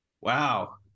Wow